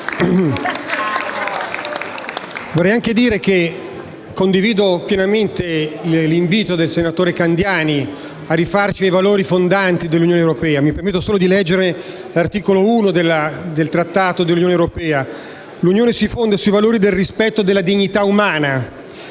senatore Cioffi)*. Condivido pienamente l'invito del senatore Candiani a rifarci ai valori fondanti dell'Unione europea. Mi permetto di leggere l'articolo 2 del Trattato sull'Unione europea: «L'Unione si fonda sui valori del rispetto della dignità umana,